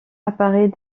apparait